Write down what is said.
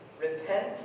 Repent